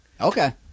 Okay